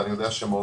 ואני יודע שמורן,